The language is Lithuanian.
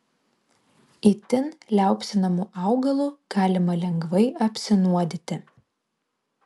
itin liaupsinamu augalu galima lengvai apsinuodyti